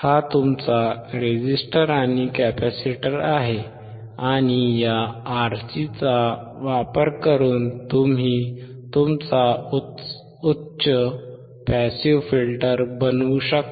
हा तुमचा रेझिस्टर आणि कॅपेसिटर आहे आणि या RC चा वापर करून तुम्ही तुमचा उच्च पासिव्ह फिल्टर बनवू शकता